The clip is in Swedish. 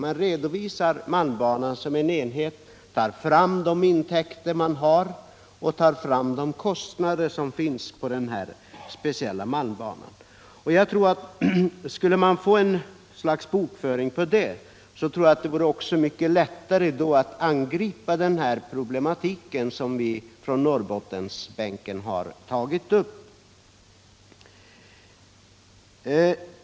Man anvisar malmbanan som en enhet, tar fram de intäkter man har och tar fram de kostnader som finns på den här speciella malmbanan. Skulle man få något slags bokföring på det skulle det vara mycket lättare att angripa den problematik som vi från norrbottensbänken har tagit upp.